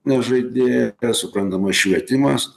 nežaidė kas suprantama švietimas